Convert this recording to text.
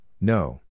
no